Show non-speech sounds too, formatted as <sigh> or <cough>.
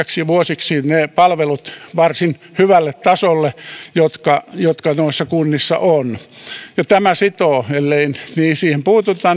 vuosiksi varsin hyvälle tasolle ne palvelut jotka noissa kunnissa on tämä tietysti sitoo ellei siihen puututa <unintelligible>